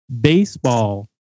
baseball